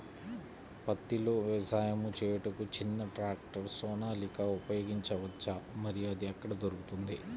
పత్తిలో వ్యవసాయము చేయుటకు చిన్న ట్రాక్టర్ సోనాలిక ఉపయోగించవచ్చా మరియు అది ఎక్కడ దొరుకుతుంది?